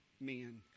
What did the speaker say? men